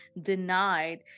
denied